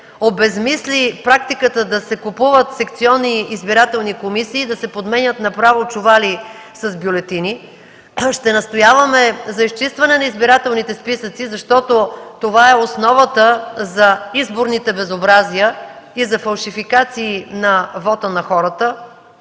обезсмисли практиката да се купуват секционни избирателни комисии, да се подменят направо чували с бюлетини. Ще настояваме за изчистване на избирателните списъци, защото това е основата за изборните безобразия и фалшификации на вота на хората.